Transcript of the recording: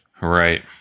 Right